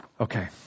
Okay